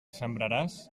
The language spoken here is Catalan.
sembraràs